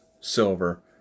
silver